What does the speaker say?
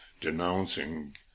denouncing